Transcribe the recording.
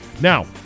Now